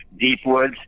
Deepwoods